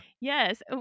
Yes